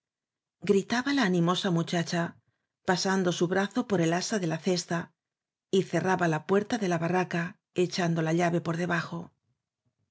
la animosa muchacha pasando su brazo por el asa de la cesta y cerraba la puerta de la barraca echando la llave por debajo